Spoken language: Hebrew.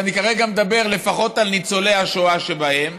ואני כרגע מדבר לפחות על ניצולי השואה שבהם,